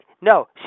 No